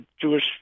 Jewish